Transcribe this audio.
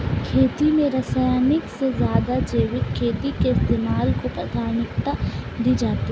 खेती में रासायनिक से ज़्यादा जैविक खेती के इस्तेमाल को प्राथमिकता दी जाती है